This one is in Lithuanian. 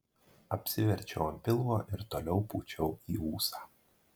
apsiverčiau ant pilvo ir toliau pūčiau į ūsą